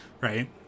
right